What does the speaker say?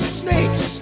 snakes